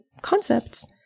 concepts